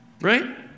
Right